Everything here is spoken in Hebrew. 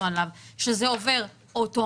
דיברנו על זה שזה עובר אוטומטית,